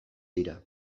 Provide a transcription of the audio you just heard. dira